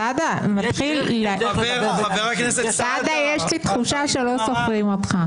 סעדה, יש לי תחושה שלא סופרים אותך.